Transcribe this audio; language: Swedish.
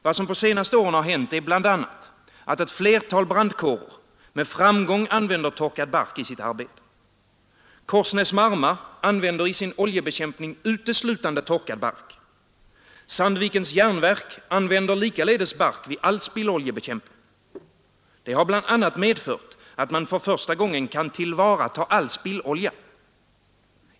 Vad som på senaste åren hänt är bl.a. att ett flertal brandkårer med framgång använder torkad bark i sitt arbete. Korsnäs-Marma använder i sin oljebekämpning uteslutande torkad bark. Sandvikens Jernverk använder likaledes bark vid all spilloljebekämpning. Det har bl.a. medfört att man för första gången kan tillvarata all spillolja.